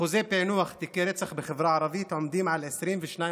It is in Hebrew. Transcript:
אחוזי פענוח תיקי רצח בחברה הערבית עומדים על 22%;